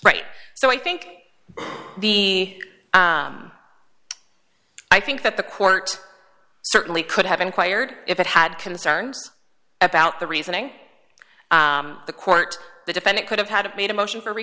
right so i think the i think that the court certainly could have inquired if it had concerns about the reasoning the court the defendant could have had made a motion for